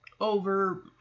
over